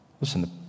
Listen